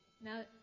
Now